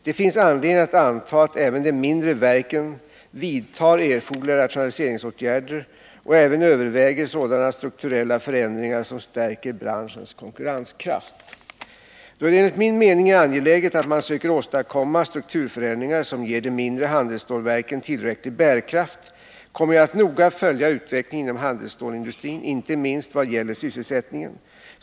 Det finns anledning att anta att även de mindre verken vidtar erforderliga rationaliseringsåtgärder och även överväger sådana strukturella förändringar som stärker branschens konkurrenskraft. Då det enligt min mening är angeläget att man söker åstadkomma strukturförändringar som ger de mindre handelsstålverken tillräcklig bärkraft, kommer jag att noga följa utvecklingen inom handelsstålsindustrin, inte minst vad gäller sysselsättningen.